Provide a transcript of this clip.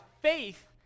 faith